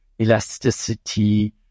elasticity